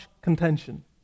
contention